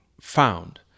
found